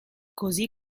così